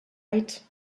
right